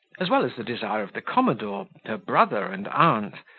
as well as the desire of the commodore, her brother, and aunt,